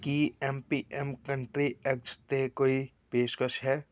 ਕੀ M P M country eggs 'ਤੇ ਕੋਈ ਪੇਸ਼ਕਸ਼ ਹੈ